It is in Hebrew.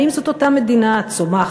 האם זאת אותה מדינה צומחת?